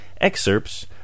excerpts